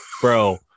Bro